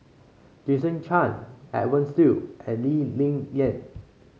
Jason Chan Edwin Siew and Lee Ling Yen